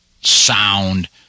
sound